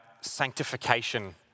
sanctification